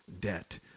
debt